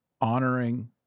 honoring